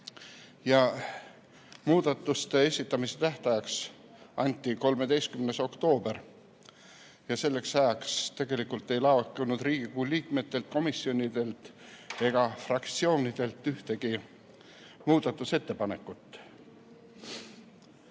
Muudatuste esitamise tähtajaks anti 13. oktoober ja selleks ajaks ei laekunud Riigikogu liikmetelt, komisjonidelt ega fraktsioonidelt ühtegi muudatusettepanekut.